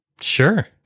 Sure